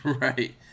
Right